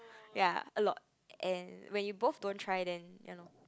ya a lot and when you both don't try then ya loh